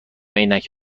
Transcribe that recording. عینک